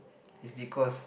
is because